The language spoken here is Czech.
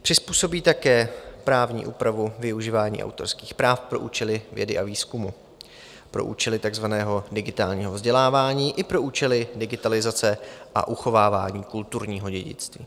Přizpůsobí také právní úpravu využívání autorských práv pro účely vědy a výzkumu, pro účely takzvaného digitálního vzdělávání i pro účely digitalizace a uchovávání kulturního dědictví.